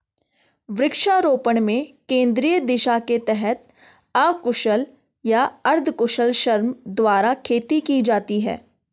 वृक्षारोपण में केंद्रीय दिशा के तहत अकुशल या अर्धकुशल श्रम द्वारा खेती की जाती है